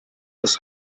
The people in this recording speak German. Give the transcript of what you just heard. was